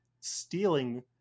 stealing